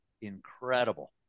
incredible